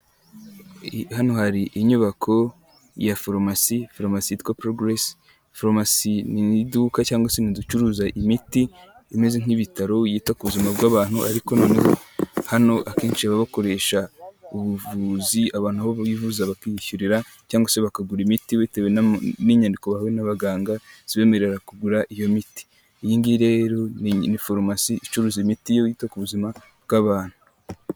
Hano hari inyubako ya pharmacy, pharmacy yitwa progress. Pharmacy ni mu iduka cyangwa se inzu icuruza imiti imeze nk'ibitaro, yita ku buzima bw'abantu ariko noneho hano akenshi baba bakoresha ubuvuzi. Abantu aho bivuza bakiyishyurira cyangwa se bakagura imiti bitewe n'inyandiko bahawe n'abaganga zibemerera kugura iyo miti, iyingiyi rero ni pharmacy icuruza imiti yo yita ku buzima bw'abantu.